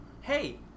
hey